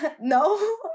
no